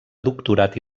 doctorat